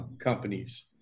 companies